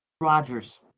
Rogers